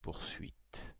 poursuite